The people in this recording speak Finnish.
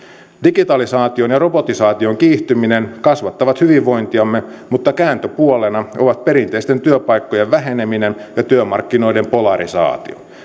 digitalisaation ja robotisaation kiihtyminen kasvattavat hyvinvointiamme mutta kääntöpuolena ovat perinteisten työpaikkojen väheneminen ja työmarkkinoiden polarisaatio